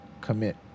commit